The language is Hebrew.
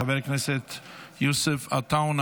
חבר הכנסת יוסף עטאונה,